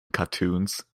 cartoons